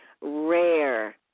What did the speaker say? rare